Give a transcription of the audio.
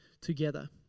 together